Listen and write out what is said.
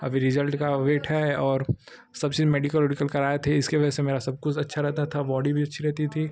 अभी रिजल्ट का वेट है और सब चीज मेडिकल वेडीकल कराए थे इसके वजह से मेरा सब कुछ अच्छा रहता था बॉडी भी अच्छी रहती थी